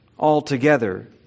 altogether